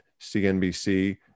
CNBC